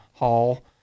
Hall